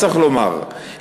צריך לומר,